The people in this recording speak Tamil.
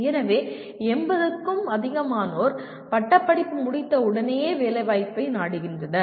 எனவே 80 க்கும் அதிகமானோர் பட்டப்படிப்பு முடித்த உடனேயே வேலைவாய்ப்பை நாடுகின்றனர்